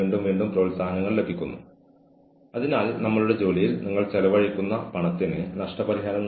വീണ്ടും ഞാൻ മുൻ പ്രഭാഷണത്തിൽ പറഞ്ഞതുപോലെ നിങ്ങളുടെ മൂക്ക് ആരംഭിക്കുന്നിടത്ത് എന്റെത് അവസാനിക്കുന്നു